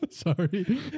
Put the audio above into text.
Sorry